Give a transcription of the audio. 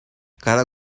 cada